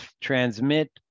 transmit